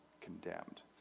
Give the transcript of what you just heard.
condemned